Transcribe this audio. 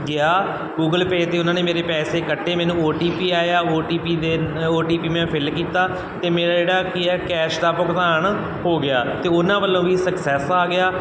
ਗਿਆ Google pay 'ਤੇ ਉਹਨਾਂ ਨੇ ਮੇਰੇ ਪੈਸੇ ਕੱਟੇ ਮੈਨੂੰ ਓ ਟੀ ਪੀ ਆਇਆ ਓ ਟੀ ਪੀ ਦੇ ਓ ਟੀ ਪੀ ਮੈਂ ਫਿੱਲ ਕੀਤਾ ਅਤੇ ਮੇਰਾ ਜਿਹੜਾ ਕੀ ਆ ਕੈਸ਼ ਦਾ ਭੁਗਤਾਨ ਹੋ ਗਿਆ ਅਤੇ ਉਹਨਾਂ ਵੱਲੋਂ ਵੀ ਸਕਸੈਸ ਆ ਗਿਆ